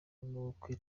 n’ubukwe